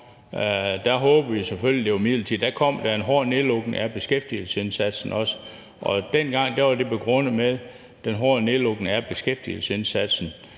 kom, håbede vi selvfølgelig, det var midlertidigt. Der kom der også en hård nedlukning af beskæftigelsesindsatsen, og dengang var den hårde nedlukning af beskæftigelsesindsatsen